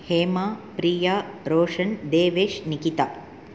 Hema Riya Roshan Devesh Nikita